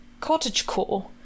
cottagecore